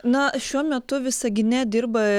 na šiuo metu visagine dirba